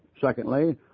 Secondly